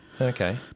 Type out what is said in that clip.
Okay